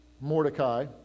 Mordecai